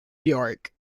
york